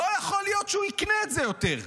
לא יכול להיות שהוא יקנה את זה יותר.